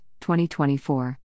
2024